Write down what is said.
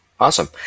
awesome